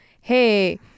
hey